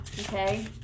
Okay